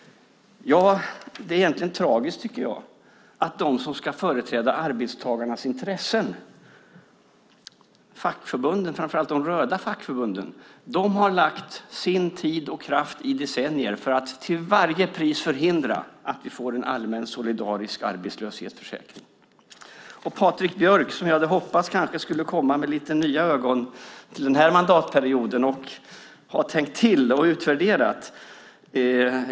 Det är egentligen tragiskt att de som ska företräda arbetstagarnas intressen - fackförbunden, och framför allt de röda fackförbunden - i decennier har lagt sin tid och kraft på att till varje pris förhindra att vi får en allmän solidarisk arbetslöshetsförsäkring. Jag hade hoppats att Patrik Björck kanske skulle komma med lite nya ögon till den här mandatperioden och ha tänkt till och utvärderat.